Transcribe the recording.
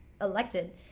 elected